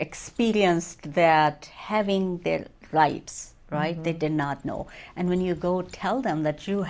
experienced that having their lives right they did not know and when you go tell them that you